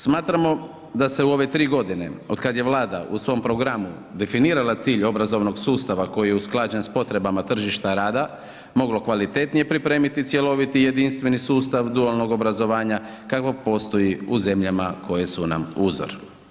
Smatramo da se u ove tri godine od kada je Vlada u svom programu definirala cilj obrazovnog sustava koji je usklađen s potrebama tržišta rada moglo kvalitetnije pripremiti cjeloviti jedinstveni sustav dualnog obrazovanja kakav postoji u zemljama koje su nam uzor.